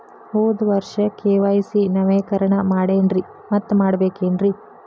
ಹೋದ ವರ್ಷ ಕೆ.ವೈ.ಸಿ ನವೇಕರಣ ಮಾಡೇನ್ರಿ ಮತ್ತ ಮಾಡ್ಬೇಕೇನ್ರಿ?